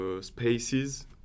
spaces